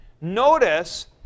notice